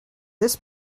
this